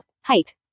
height